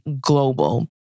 Global